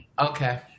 okay